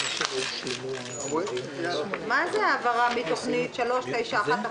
מה שאמרת נכון.